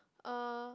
uh